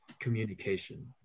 communication